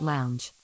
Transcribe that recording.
Lounge